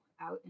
out